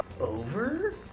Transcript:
Over